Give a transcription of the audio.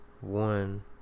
one